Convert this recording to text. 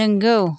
नोंगौ